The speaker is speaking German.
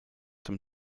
dem